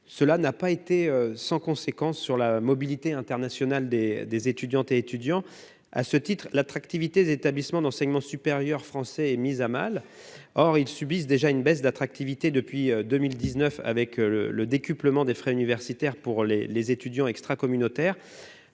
Cela n'a pas été sans conséquence sur la mobilité internationale des étudiants. L'attractivité des établissements d'enseignement supérieur français est mise à mal, alors qu'elle avait déjà baissé depuis 2019 avec le décuplement des frais universitaires pour les étudiants extracommunautaires.